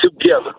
together